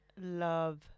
love